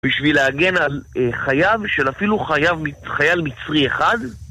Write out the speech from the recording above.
בשביל להגן על חייו של אפילו חייב.. חייל מצרי אחד